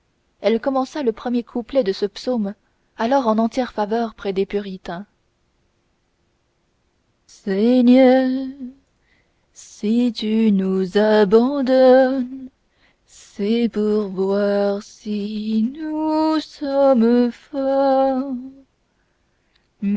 elle commença le premier couplet de ce psaume alors en entière faveur près des puritains seigneur si tu nous abandonnes c'est pour voir si